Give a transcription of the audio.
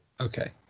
Okay